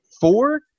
four